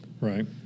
Right